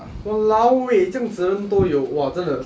!walao! eh 这样子的人都有 !wah! 真的